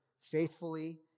faithfully